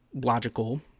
logical